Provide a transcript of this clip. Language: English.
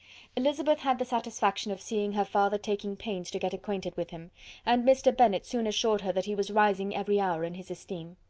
elizabeth had the satisfaction of seeing her father taking pains to get acquainted with him and mr. bennet soon assured her that he was rising every hour in his esteem.